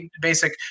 basic